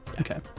Okay